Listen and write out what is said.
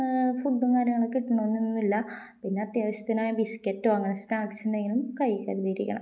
ഫുഡും കാര്യങ്ങളുമൊക്കെ കിട്ടണമെന്നില്ല പിന്നെ അത്യാവശ്യത്തിനായ ബിസ്ക്കറ്റോ അങ്ങനെ സ്നാക്സ് എന്തെങ്കിലും കൈയില് കരുതിയിരിക്കണം